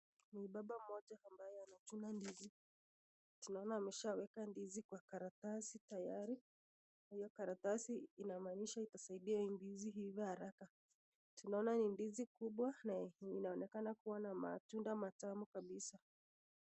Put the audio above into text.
Ni baba mmoja ambaye anajuna ndizi, tunaona ameshaa weka ndizi kwa karatasi tayari, hiyo karatasi inamanisha itasaidia hiyo ndizi iive haraka tunaona hiyo ndizi kubwa na yenye inaonekana kuwa na matunda matamu kabisa.